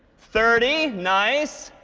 thirty, nice.